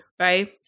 right